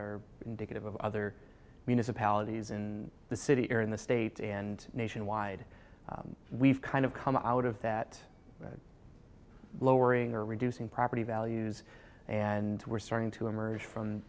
are indicative of other municipalities in the city in the state and nationwide we've kind of come out of that lowering or reducing property values and we're starting to emerge from